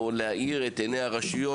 או להעיר את עיני הרשויות.